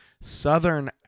southern